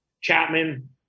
Chapman